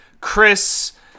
Chris